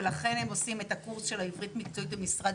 לכן הם עושים את הקורס בעברית של משרד